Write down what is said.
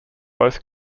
both